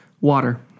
Water